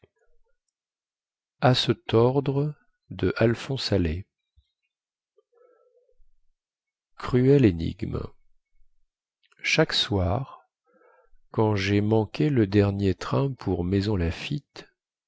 cruelle énigme chaque soir quand jai manqué le dernier train pour maisonslaffitte et